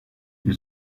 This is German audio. die